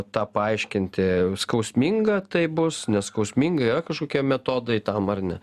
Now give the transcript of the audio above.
tą paaiškinti skausmingą tai bus neskausminga yra kažkokie metodai tam ar ne